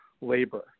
labor